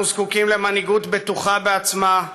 אנחנו זקוקים למנהיגות בטוחה בעצמה,